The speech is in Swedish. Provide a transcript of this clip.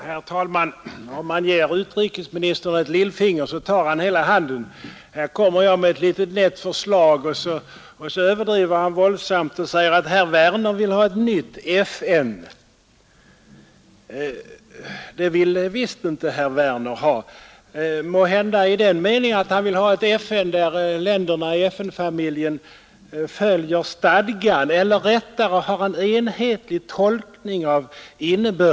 Herr talman! Om man ger utrikesministern ett lillfinger så tar han hela handen! Här kommer jag med ett litet nätt förslag och så överdriver han våldsamt och säger att herr Werner i Malmö vill ha ett nytt FN. Det vill visst inte herr Werner ha — utom måhända i den meningen att han vill ha ett FN där länderna i FN-familjen följer stadgan eller rättare har en enhetlig tolkning av dess innebörd.